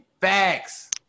Facts